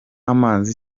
amazi